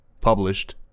Published